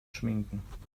schminken